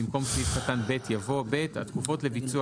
במקום סעיף קטן (ב) יבוא: (ב) התקופות לביצוע